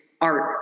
art